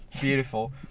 Beautiful